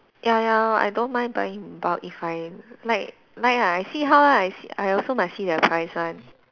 ya ya I don't mind buying in bulk if I like like ah I see how ah I see I also must see their price one